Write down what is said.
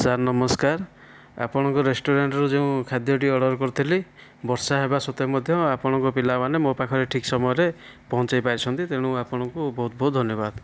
sir ନମସ୍କାର ଆପଣଙ୍କ ରେଷ୍ଟୁରାଣ୍ଟରୁ ଯେଉଁ ଖାଦ୍ୟଟି ଅର୍ଡ଼ର କରିଥିଲି ବର୍ଷା ହେବା ସତ୍ତ୍ୱେ ମଧ୍ୟ ଆପଣଙ୍କ ପିଲାମାନେ ମୋ ପାଖରେ ଠିକ୍ ସମୟରେ ପହଞ୍ଚାଇ ପାରିଛନ୍ତି ତେଣୁ ଆପଣଙ୍କୁ ବହୁତ ବହୁତ ଧନ୍ୟବାଦ